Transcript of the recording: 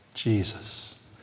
Jesus